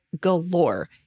galore